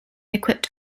equipped